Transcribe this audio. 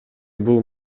бул